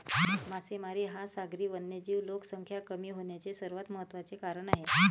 मासेमारी हा सागरी वन्यजीव लोकसंख्या कमी होण्याचे सर्वात महत्त्वाचे कारण आहे